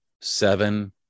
seven